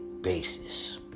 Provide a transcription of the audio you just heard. basis